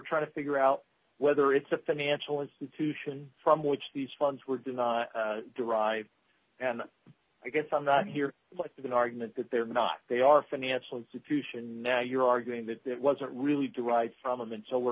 trying to figure out whether it's a financial institution from which these funds were do not derive and i guess i'm not here what is an argument that they're not they are financial institution now you're arguing that it wasn't really do right problem and so we're